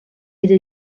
era